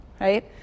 right